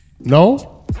No